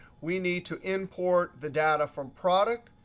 we need to import the data from product,